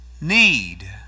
need